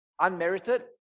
unmerited